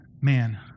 Man